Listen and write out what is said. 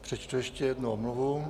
Přečtu ještě jednu omluvu.